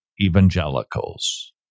evangelicals